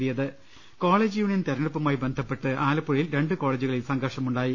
ലലലലലലലലലലലലല college union തെരഞ്ഞെടുപ്പുമായി ബന്ധപ്പെട്ട് ആലപ്പുഴയിൽ രണ്ട് കോളജുകളിൽ സംഘർഷമുണ്ടാ യി